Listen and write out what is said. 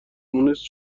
مونس